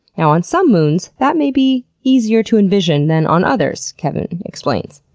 now, on some moons, that may be easier to envision than on others, kevin explains.